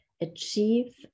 Achieve